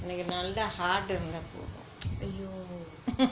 எனக்கு நல்ல:enakku nalla heart இருந்தா போதும்:iruntha pothum